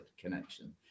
connection